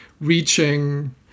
reaching